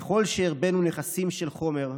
ככל שהרבינו נכסים של חומר,